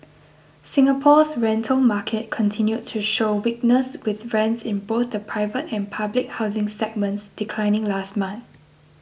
Singapore's rental market continued to show weakness with rents in both the private and public housing segments declining last month